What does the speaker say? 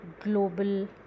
Global